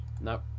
No